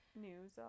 news